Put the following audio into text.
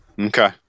okay